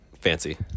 fancy